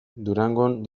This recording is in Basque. durangon